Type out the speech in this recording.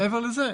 מעבר לזה,